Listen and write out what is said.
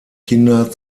kinder